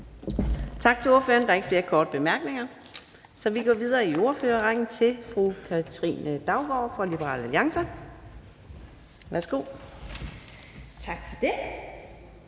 Tak til ordføreren. Der ikke flere korte bemærkninger, så vi går videre i ordførerrækken til fru Katrine Daugaard fra Liberal Alliance. Værsgo. Kl.